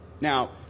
Now